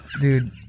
dude